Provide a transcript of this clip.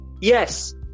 yes